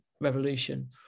revolution